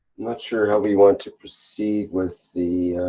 not sure how we want to proceed with the.